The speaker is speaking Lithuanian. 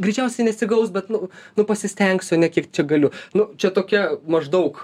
greičiausiai nesigaus bet nu nu pasistengsiu ne kiek čia galiu nu čia tokia maždaug